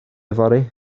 fory